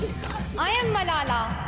i am malala.